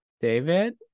David